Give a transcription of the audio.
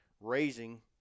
raising